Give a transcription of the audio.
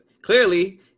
Clearly